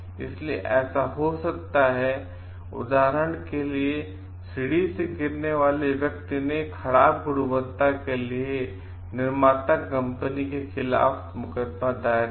इसलिए ऐसा हो सकता है उदाहरण के लिए सीढ़ी से गिरने वाले व्यक्ति ने खराब गुणवत्ता के लिए निर्माता कंपनी के खिलाफ मुकदमा दायर किया